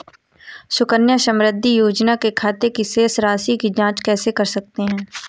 सुकन्या समृद्धि योजना के खाते की शेष राशि की जाँच कैसे कर सकते हैं?